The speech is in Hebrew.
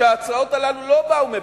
שההצעות הללו לא באו מבית-מדרשם,